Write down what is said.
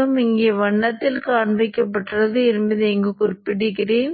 எப்படி இருக்கும் என்பதைக் காட்டுகிறேன்